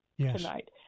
tonight